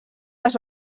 les